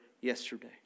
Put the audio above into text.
yesterday